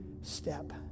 step